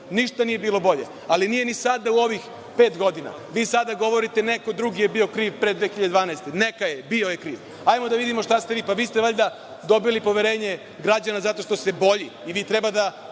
Ništa nije bilo bolje, ali nije ni sad u ovih pet godina. Vi sada govorite neko drugi je bio kriv pre 2012. godine. Neka je, bio je kriv. Ali, hajde da vidimo šta ste vi uradili. Pa, vi ste valjda dobili poverenje građana zato što ste bolji